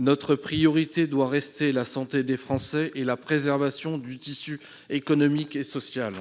Notre priorité doit rester la santé des Français et la préservation du tissu économique et social.